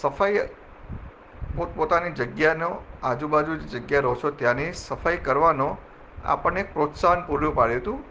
સફાઈ પોતપોતાની જગ્યાનો આજુબાજુ જે જગ્યા રહો છો ત્યાંની સફાઈ કરવાનો આપણને એક પ્રોત્સાહન પૂરું પાડ્યું તું